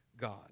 God